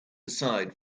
side